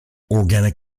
organic